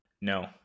No